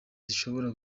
zishobora